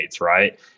right